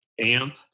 Amp